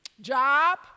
job